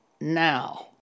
now